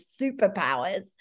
superpowers